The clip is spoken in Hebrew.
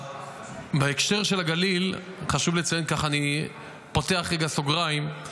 בהקשר של הגליל חשוב לציין, אני פותח רגע סוגריים,